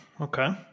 okay